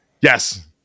Yes